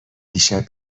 دیشب